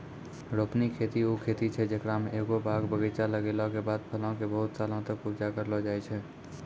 रोपनी खेती उ खेती छै जेकरा मे एगो बाग बगीचा लगैला के बाद फलो के बहुते सालो तक उपजा करलो जाय छै